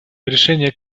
решение